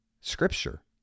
scripture